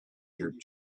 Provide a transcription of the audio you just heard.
your